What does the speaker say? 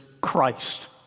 Christ